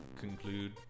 conclude